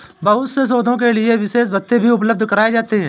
बहुत से शोधों के लिये विशेष भत्ते भी उपलब्ध कराये जाते हैं